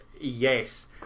Yes